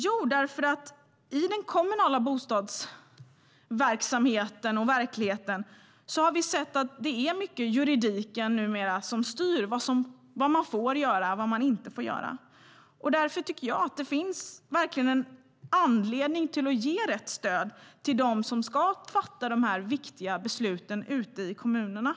Jo, i den kommunala bostadsverksamheten och verkligheten har vi sett att det numera i hög grad är juridiken som styr vad man får och inte får göra. Därför tycker jag att det verkligen finns anledning att ge rätt stöd till dem som ska fatta de här viktiga besluten ute i kommunerna.